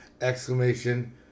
Exclamation